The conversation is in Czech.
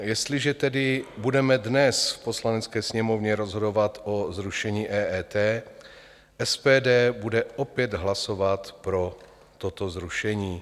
Jestliže tedy budeme dnes v Poslanecké sněmovně rozhodovat o zrušení EET, SPD bude opět hlasovat pro toto zrušení.